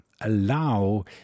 allow